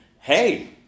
hey